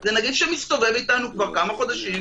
זה נגיף שמסתובב איתנו כבר כמה חודשים,